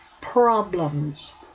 problems